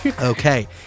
Okay